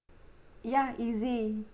ya easy